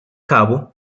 cabo